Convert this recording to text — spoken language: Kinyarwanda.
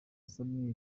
samuel